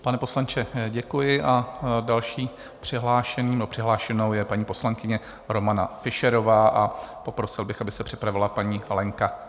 Pane poslanče, děkuji, dalším přihlášeným nebo přihlášenou je paní poslankyně Romana Fischerová a poprosil bych, aby se připravila paní Lenka Knechtová.